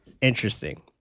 interesting